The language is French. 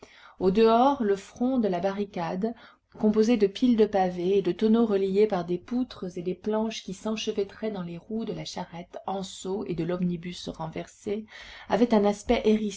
au dehors le front de la barricade composé de piles de pavés et de tonneaux reliés par des poutres et des planches qui s'enchevêtraient dans les roues de la charrette anceau et de l'omnibus renversé avait un aspect